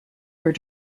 were